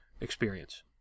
experience